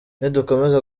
nidukomeza